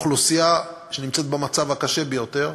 האוכלוסייה שנמצאת במצב הקשה ביותר,